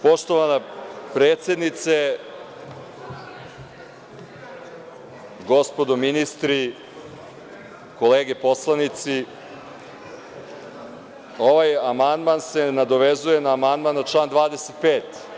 Poštovana predsednice, gospodo ministri, kolege poslanici, ovaj amandman se nadovezuje na amandman na član 25.